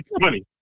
money